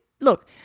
look